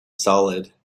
solid